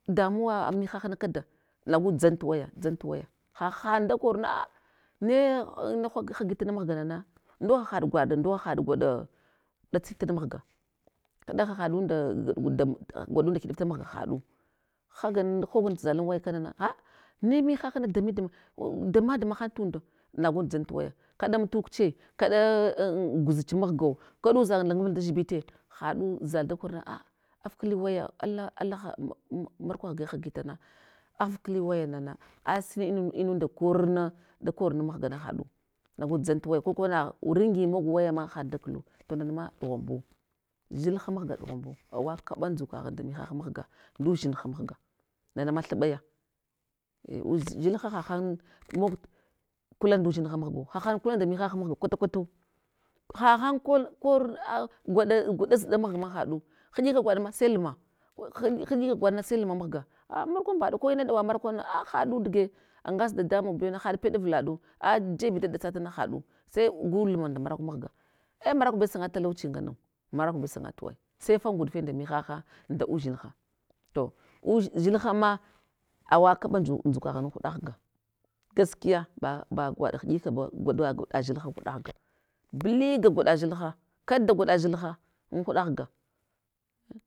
Damuwa mihahna kada, nagu dzant waya dzantwaya, hahan dakorna aa ne ha hagital mahganana ndo hahaɗ gwaɗa nɗo hahaɗ gwaɗa ɗatsital mahga, kaɗa hahaɗun nda dam gwaɗfinda hiɗaf ta mahga haɗie, haganhagul dzalan waya kana na gha ne mihahna damudama dama dama han tunda nagu dzant waya, kaɗain tukche, kaɗa guzch mahgau, kaɗa udzang langabul dan dzibitiye, haɗu zal da korna a afkli waya ala alaha mar mar markwa ghge hagitana afkli wayanana, asini inun inunda korna, da kormi mahgana haɗu, magu dzal tuwaya kokuwa na ringinyin magu wayama haɗ daklu, to nanama ɗughambu, dzilha mahga ɗughanbu, awa kaɓa ndzukaghun nda mihah mahga ndudzinha mahga, nanama thuɓaya, ei liz dzil ha hahana mog kula ndudzin ha mahgu, hahan kula nda mihah mahga kwata kwatu, hahan kor kor a gwaɗa gwaɗazɗa mahga ma haɗu, inɗika gwaɗ ma sai luma, ko gwaɗna sai luma mahga a markwambaɗa, ko ina ɗawa markuna haɗu dige, angasa dadamun bewana haɗ avlaɗu a jeb da ɗatsata na hadu, sai gu luma nda maraku mahga a markube sanga talauchi nganau, maraku bew sangatuwa sai fatnguɗfe nda mihaha nda udzinha, to uz dzilhama awakaɓa ndzuk dzukaghna an huɗa ghga, gaskiya ba ba bagwaɗ hiɗika ba, gwaɗa gwaɗa dzilha gwaɗa ghga, bliga gwaɗa dzilha, kada gwaɗa dzilha, an huda ghga.